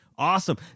Awesome